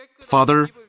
Father